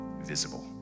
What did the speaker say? visible